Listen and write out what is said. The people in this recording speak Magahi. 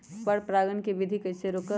पर परागण केबिधी कईसे रोकब?